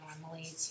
normally